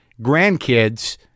grandkids